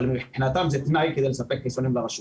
אבל מבחינתם זה תנאי כדי לספק חיסונים לרשות.